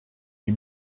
die